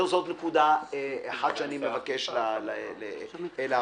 זו נקודה אחת שאני מבקש להעלות.